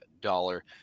dollar